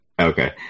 Okay